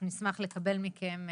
אנחנו נשמח לקבל מכם,